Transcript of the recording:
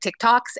TikToks